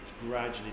gradually